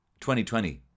2020